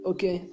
Okay